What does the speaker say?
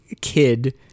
kid